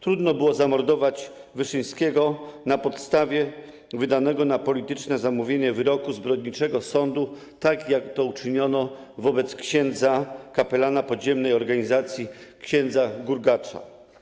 Trudno było zamordować Wyszyńskiego na podstawie wydanego na polityczne zamówienie wyroku zbrodniczego sądu, tak jak to uczyniono wobec ks. kapelana podziemnej organizacji, ks. Gurgacza.